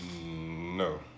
No